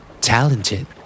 Talented